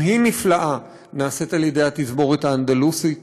גם היא נפלאה, נעשית על ידי התזמורת האנדלוסית,